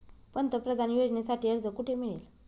पंतप्रधान योजनेसाठी अर्ज कुठे मिळेल?